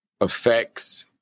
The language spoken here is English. affects